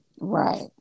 right